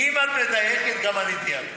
בואי, אם את מדייקת, גם אני דייקתי.